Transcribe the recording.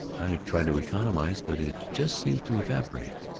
try to economize, but it just seems to evaporate.